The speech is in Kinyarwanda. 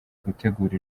gutegura